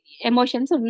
emotions